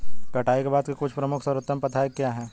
कटाई के बाद की कुछ प्रमुख सर्वोत्तम प्रथाएं क्या हैं?